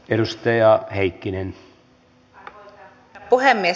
arvoisa herra puhemies